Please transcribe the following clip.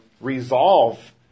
resolve